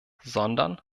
sondern